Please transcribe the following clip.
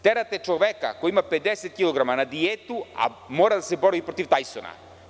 Terate čoveka koji ima 50 kilograma na dijetu, a mora da se bori protiv Tajsona.